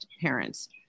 parents